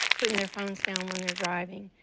putting their phobes down when they're driving.